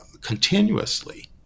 continuously